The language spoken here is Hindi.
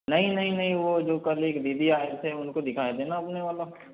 नहीं नहीं नहीं वह जो कल एक दीदी आए थे उनको दिखाए थे ना उन वाला